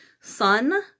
Sun